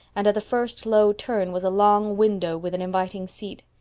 and at the first low turn was a long window with an inviting seat.